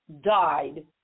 died